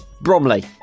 Bromley